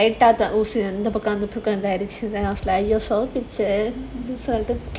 like அந்த பக்கம் வந்துதிருக்காங்க:andha pakkam vanthirukaanga then I was like yourself